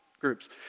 groups